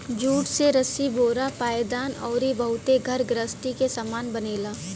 jute से रसरी बोरा पायदान अउरी बहुते घर गृहस्ती के सामान बनेला